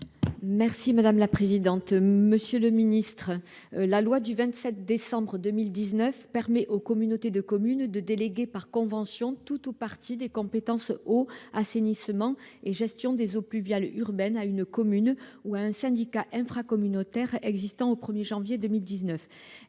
des territoires. Monsieur le ministre, la loi du 27 décembre 2019 permet aux communautés de communes de déléguer, par convention, tout ou partie des compétences eau, assainissement et gestion des eaux pluviales urbaines à une commune ou à un syndicat infracommunautaire existant au 1 janvier 2019.